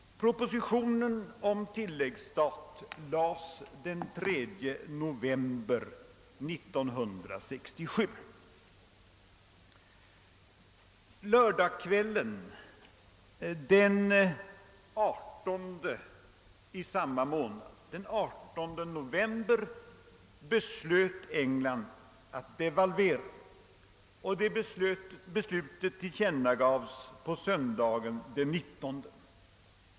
Propositionen om tilläggsstat I lades fram den 3 november 1967. På lördagskvällen den 18 november beslöt England att devalvera, och detta tillkännagavs söndagen den 19.